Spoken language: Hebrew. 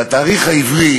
והתאריך העברי